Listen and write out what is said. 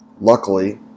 Luckily